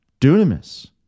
dunamis